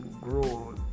grow